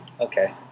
Okay